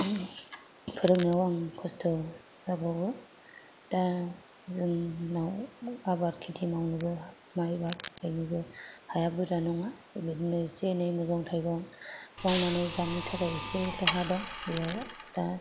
फोरोंनायाव आं खस्थ' जाबावो दा जोंनाव आबाद खिथि मावनोबो माइ नोबो हाया बुरजा नङा बिदिनो एसे एनै मैगं थाइगं मावनानै जानो थाखायल' एसेल' हा दङ बेयाव दा